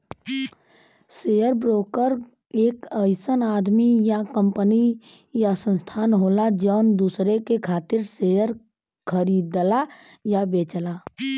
share broker एक अइसन आदमी या कंपनी या संस्थान होला जौन दूसरे के खातिर शेयर खरीदला या बेचला